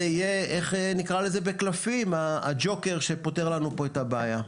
זה יהיה הג'וקר שפותר לנו כאן את הבעיה.